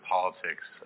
Politics